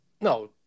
No